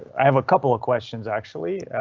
have a couple of questions, actually,